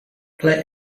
play